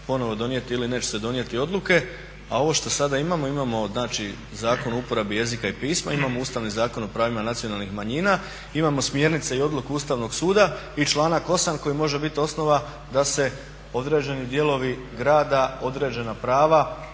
ponovo donijeti ili neće se donijeti odluke. A ovo što sada imamo, imamo znači Zakon o uporabi jezika i pisma, imamo Ustavni zakon o pravima nacionalnih manjina, imamo smjernice i odluku Ustavnog suda i članak 8. koji može biti osnova da se određeni dijelovi grada, određena prava